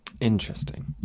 Interesting